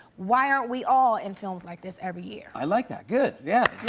why aren't we all in films like this every year? i like that. good. yeah.